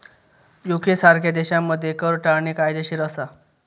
UK सारख्या देशांमध्ये कर टाळणे कायदेशीर असा